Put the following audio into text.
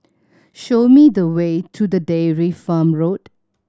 show me the way to the Dairy Farm Road